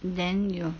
then 有